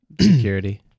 security